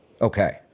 Okay